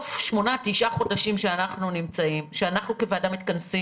שבחלוף כשמונה חודשים שהוועדה מתכנסת